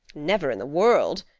never in the world!